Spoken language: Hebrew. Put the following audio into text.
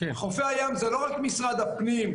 חופי הים זה לא רק משרד הפנים,